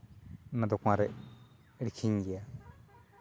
ᱚᱱᱟ ᱫᱚᱠᱟᱨᱮ ᱟᱹᱠᱷᱨᱤᱧ ᱜᱮᱭᱟᱭ